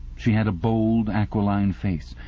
she had a bold, aquiline face,